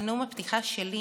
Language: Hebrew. אבל נאום הפתיחה שלי